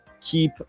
Keep